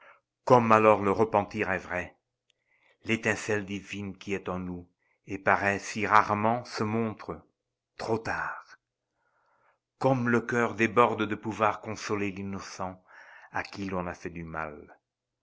comme alors le repentir est vrai l'étincelle divine qui est en nous et paraît si rarement se montre trop tard comme le coeur déborde de pouvoir consoler l'innocent à qui l'on a fait du mal